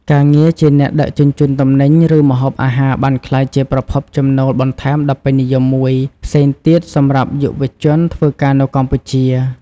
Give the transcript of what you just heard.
ការងារជាអ្នកដឹកជញ្ជូនទំនិញ ឬម្ហូបអាហារបានក្លាយជាប្រភពចំណូលបន្ថែមដ៏ពេញនិយមមួយផ្សេងទៀតសម្រាប់យុវជនធ្វើការនៅកម្ពុជា។